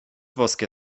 boskie